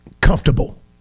comfortable